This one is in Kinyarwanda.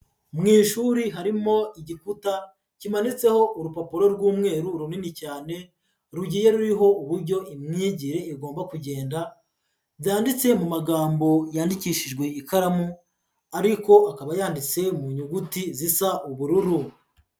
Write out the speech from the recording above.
Mu ishuri harimo igikuta kimanitseho urupapuro rw'umweru runini cyane, rugiye ruriho uburyo imyigire igomba kugenda, byanditse mu magambo yandikishijwe ikaramu ariko akaba yanditse mu nyuguti zisa ubururu.